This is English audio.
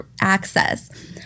access